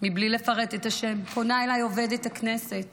בלי לפרט את השם, פונה אליי עובדת הכנסת